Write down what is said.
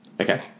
Okay